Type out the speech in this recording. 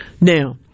now